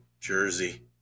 Jersey